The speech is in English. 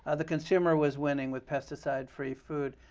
ah the consumer was winning with pesticide-free food.